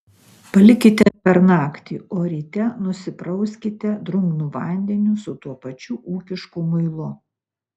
palikite per naktį o ryte nusiprauskite drungnu vandeniu su tuo pačiu ūkišku muilu